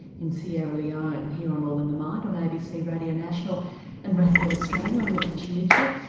in sierra leone here on all in the mind on abc radio national and radio australia, i'm natasha mitchell.